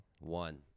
One